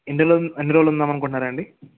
ఇందులోని అన్ని రోజులు ఉందాము అనుకుంటున్నారా అండి